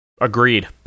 Agreed